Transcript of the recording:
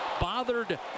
bothered